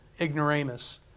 ignoramus